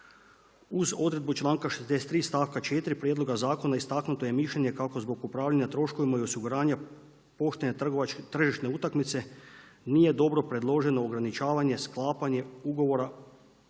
Uz odredbu članka 63. stavka 4. prijedloga zakona istaknuto je mišljenje kako zbog upravljanja troškovima osiguranja poštene tržišne utakmice nije dobro predloženo ograničavanje sklapanje ugovora o